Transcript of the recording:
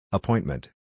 Appointment